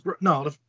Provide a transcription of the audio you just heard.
No